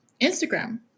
Instagram